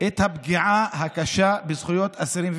בחוקה של מדינת ישראל.